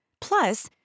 Plus